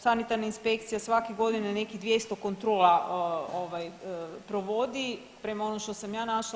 Sanitarna inspekcija svake godine nekih 200 kontrola provodi, prema onom što sam ja našla.